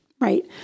Right